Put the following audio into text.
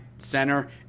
center